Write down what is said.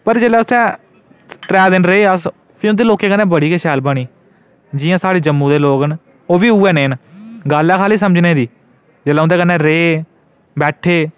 पर जिसलै उत्थै त्रै दिन रेह् अस उं'दे लोकें कन्नै बड़ी गै शैल बनी जि'यां साढ़े जम्मू दे लोक न ओह् बी उ'ऐ नेह् न गल्ल ही सारी समझने दी जिसलै अस उं'दे कन्नै रेह बैठे